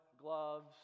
gloves